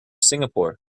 singapore